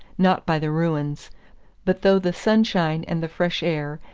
not by the ruins but though the sunshine and the fresh air,